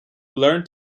learn